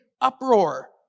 uproar